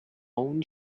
own